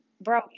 bro